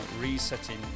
resetting